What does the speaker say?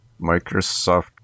Microsoft